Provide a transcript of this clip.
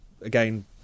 again